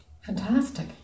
Fantastic